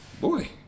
boy